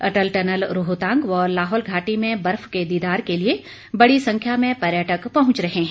अटल tunnel Rohtang व लाहौल घाटी में बर्फ के दीदार के लिए बड़ी संख्या में पर्यटक पहुंच रहे हैं